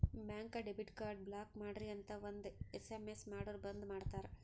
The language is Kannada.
ಬ್ಯಾಂಕ್ಗ ಡೆಬಿಟ್ ಕಾರ್ಡ್ ಬ್ಲಾಕ್ ಮಾಡ್ರಿ ಅಂತ್ ಒಂದ್ ಎಸ್.ಎಮ್.ಎಸ್ ಮಾಡುರ್ ಬಂದ್ ಮಾಡ್ತಾರ